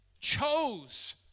chose